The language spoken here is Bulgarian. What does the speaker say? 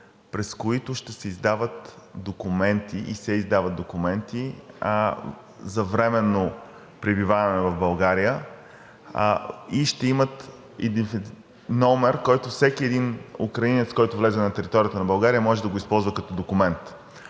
през които ще се издават документи – и се издават документи за временно пребиваване в България и ще имат номер, който всеки един украинец, който влезе на територията на България, може да го използва като документ.